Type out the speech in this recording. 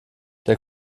der